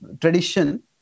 tradition